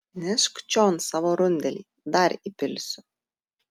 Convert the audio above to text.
nešk čion savo rundelį dar įpilsiu